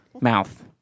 mouth